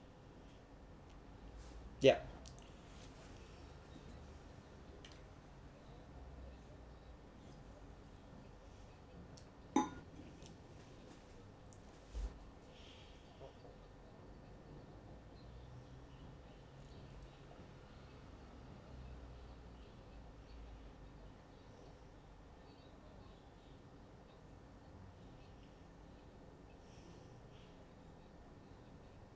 ya